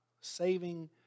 Saving